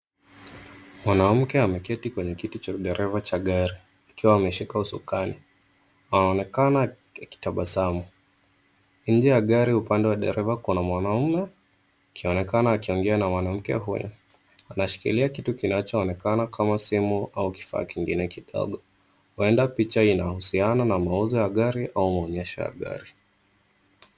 Mwanamke ameketi kwenye kiti cha dereva cha gari, akiwa ameshika usukani. Anaonekana akitabasamu. Nje ya gari upande wa dereva kuna mwanaume akionekana akiongea na mwanamke huyu. Anashikilia kitu kinachoonekana kama simu au kifaa kingine kidogo. Huenda picha inahusiana na mauzo ya gari au maonyesho ya gari.